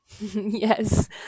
Yes